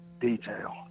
detail